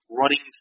running